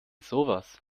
sowas